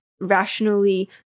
rationally